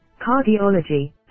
cardiology